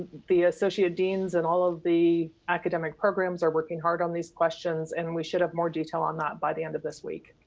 the associate deans in all of the academic programs are working hard on these questions and we should have more detail on that by the end of this week.